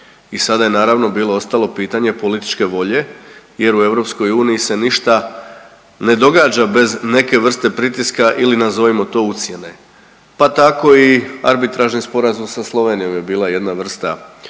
i sada je naravno bilo ostalo pitanje političke volje jer u EU se ništa ne događa bez neke vrste pritiska ili nazovimo to ucjene. Pa tako i arbitražni sporazum sa Slovenijom je bila jedna vrsta